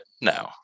no